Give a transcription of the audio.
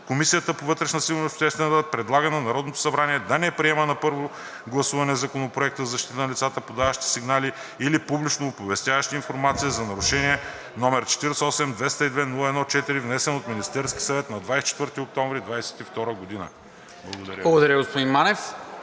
Комисията по вътрешна сигурност и обществен ред предлага на Народното събрание да не приеме на първо гласуване Законопроект за защита на лицата, подаващи сигнали или публично оповестяващи информация за нарушения, № 48-202-01-4, внесен от Министерския съвет на 24 октомври 2022 г.“ Благодаря Ви.